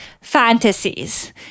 fantasies